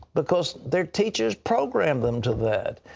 because their teachers programmed them to that.